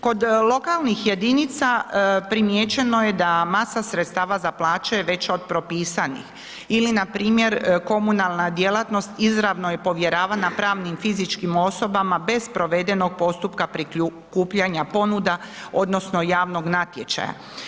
Kod lokalnih jedinica primijećeno je da masa sredstava za plaća je veća od propisanih ili npr. komunalna djelatnost izravno je povjeravana pravnim i fizičkim osobama bez provedenog postupka prikupljanja ponuda odnosno javnog natječaja.